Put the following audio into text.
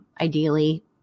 ideally